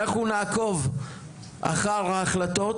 אנחנו נעקוב אחר ההחלטות,